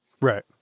right